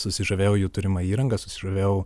susižavėjau jų turima įranga susižavėjau